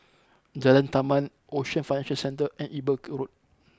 Jalan Taman Ocean Financial Centre and Eber Road